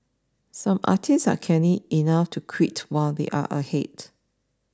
some artists are canny enough to quit while they are ahead